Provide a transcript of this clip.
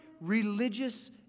religious